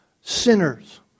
sinners